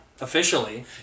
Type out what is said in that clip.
Officially